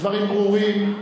הדברים ברורים.